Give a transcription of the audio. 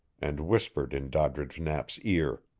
and whispered in doddridge knapp's ear.